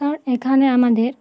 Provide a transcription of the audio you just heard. কারণ এখানে আমাদের